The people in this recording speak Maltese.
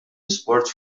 isport